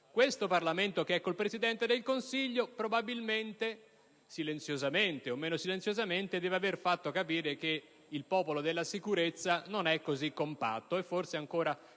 Questo Parlamento che è con il Presidente del Consiglio probabilmente (silenziosamente o meno silenziosamente) deve aver fatto capire che il "popolo della sicurezza" non è così compatto, che forse ancora